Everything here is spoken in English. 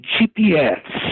GPS